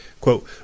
Quote